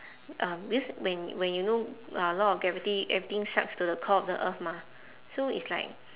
um this when when you know uh law of gravity everything sucks to the core of the earth mah so it's like